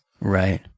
Right